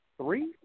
three